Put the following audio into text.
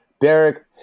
Derek